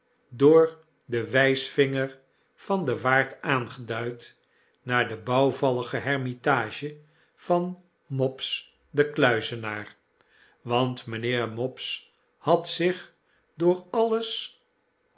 door den wpvinger van den waard aangeduid naar de bouwvallige hermitage van mopes den kluizenaar want mynheer mopes had zich door alles